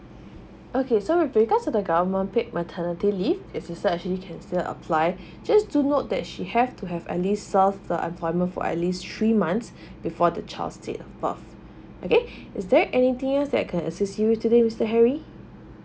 okay so with regard to the government paid maternity leave your sister actually can still apply just to note that she have to have at least serve the employment for at least three months before the child state a birth okay is there anything else that I can assist you today mister harry